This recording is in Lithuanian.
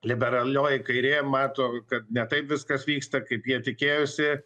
liberalioji kairė mato kad ne taip viskas vyksta kaip jie tikėjosi